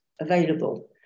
available